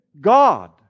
God